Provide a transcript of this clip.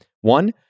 one